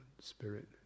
spirit